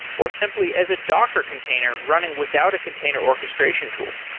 or simply as a docker container running without a container orchestration tool.